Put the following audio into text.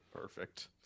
Perfect